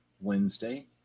Wednesday